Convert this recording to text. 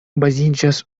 baziĝas